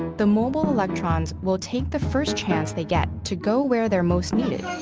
the mobile electrons will take the first chance they get to go where they're most needed,